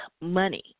money